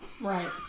Right